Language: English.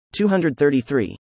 233